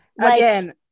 Again